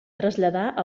traslladar